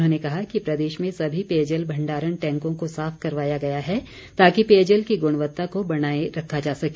उन्होंने कहा कि प्रदेश में सभी पेयजल भण्डारण टैंकों को साफ करवाया गया है ताकि पेयजल की गुणवत्ता को बनाए रखा जा सके